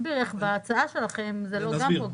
שתסביר איך בהצעה שלכם זה לא גם פוגע.